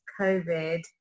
COVID